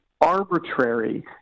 arbitrary